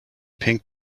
pink